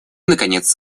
наконец